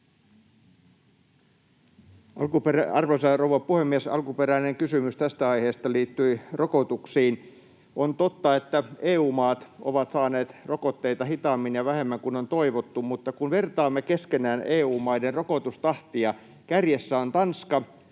Arvoisa rouva puhemies! Alkuperäinen kysymys tästä aiheesta liittyi rokotuksiin. On totta, että EU-maat ovat saaneet rokotteita hitaammin ja vähemmän kuin on toivottu. Mutta kun vertaamme keskenään EU-maiden rokotustahtia, kärjessä on Tanska,